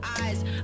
eyes